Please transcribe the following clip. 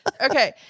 Okay